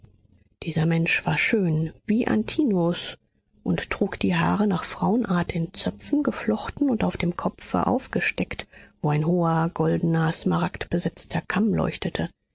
dieser mensch war schön wie antinous und trug die haare nach frauenart in zöpfe geflochten und auf dem kopfe aufgesteckt wo ein hoher goldener smaragdbesetzter kamm leuchtete